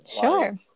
Sure